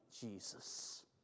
Jesus